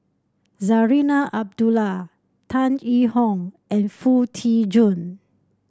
Zarinah Abdullah Tan Yee Hong and Foo Tee Jun